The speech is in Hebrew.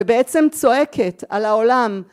‫בעצם צועקת, על העולם.